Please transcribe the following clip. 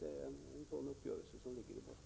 Det äri enlighet med den uppgörelse som ligger i botten.